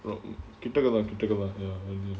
கிட்டகதான் கிட்டகதான்:kittagathaan kittagathaan ya